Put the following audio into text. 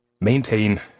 maintain